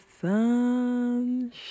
Sunshine